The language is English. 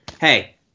hey